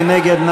מי נגד?